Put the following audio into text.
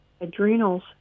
adrenals